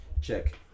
Check